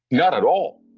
not at all!